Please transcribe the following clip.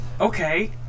Okay